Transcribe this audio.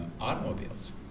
automobiles